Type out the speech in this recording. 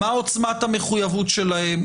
ומה עוצמת המחויבות שלהם,